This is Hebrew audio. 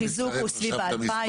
בחיזוק הוא סביב ה-2,000.